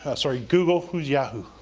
ah sorry google, who's yahoo.